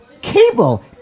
Cable